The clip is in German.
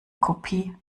kopie